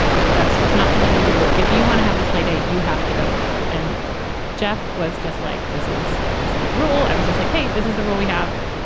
that's just not something we do. if you want to have this play date. you have to go with. and jeff was just like, this is a silly rule. i was just like, hey, this is the role we have.